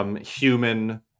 human